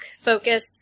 focus